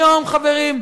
היום, חברים,